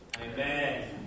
Amen